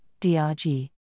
DRG